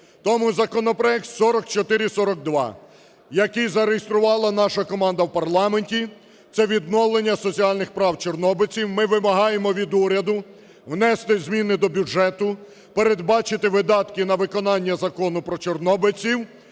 Тому законопроект 4442, який зареєструвала наша команда в парламенті – це відновлення соціальних прав чорнобильців. Ми вимагаємо від уряду внести зміни до бюджету, передбачити видатки на виконання Закону про чорнобильців